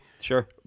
Sure